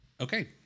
Okay